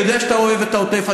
אני יודע שאתה אוהב את העוטף.